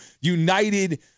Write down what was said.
United